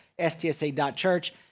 stsa.church